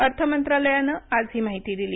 अर्थ मंत्रालयानं आज ही माहिती दिली